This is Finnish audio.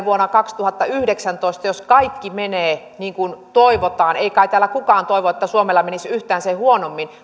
vuonna kaksituhattayhdeksäntoista jos kaikki menee niin kuin toivotaan ei kai täällä kukaan toivo että suomella menisi yhtään sen huonommin